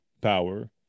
power